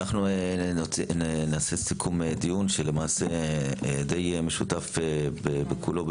אנחנו נעשה סיכום דיון שלמעשה די משותף כולו,